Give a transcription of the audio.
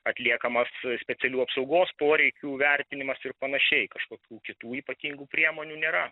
atliekamas specialių apsaugos poreikių vertinimas ir panašiai kažkokių kitų ypatingų priemonių nėra